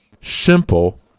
simple